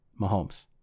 Mahomes